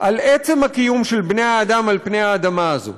על עצם הקיום של בני האדם על פני האדמה הזאת.